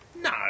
No